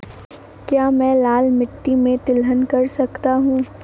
क्या मैं लाल मिट्टी में तिलहन कर सकता हूँ?